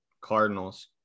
Cardinals